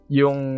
yung